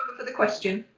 for the question.